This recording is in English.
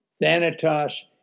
Thanatos